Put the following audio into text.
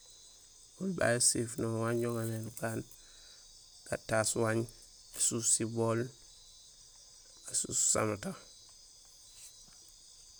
Oli babé ésiil éséfonu wanja uŋamé nukaan: gataas waañ, ésuus sibool, ésuus usamata.